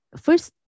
first